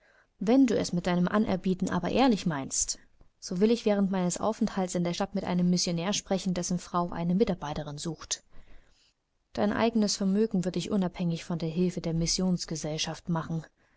wenn du es mit deinem anerbieten aber ehrlich meinst so will ich während meines aufenthalts in der stadt mit einem missionär sprechen dessen frau eine mitarbeiterin braucht dein eigenes vermögen wird dich unabhängig von der hilfe der missionsgesellschaft machen